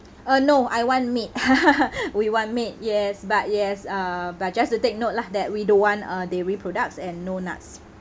uh no I want meat we want meat yes but yes uh but just to take note lah that we don't want uh dairy products and no nuts